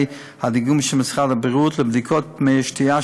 נוהלי הדיגום של משרד הבריאות לבדיקת מי שתייה,